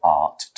art